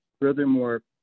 Furthermore